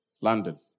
London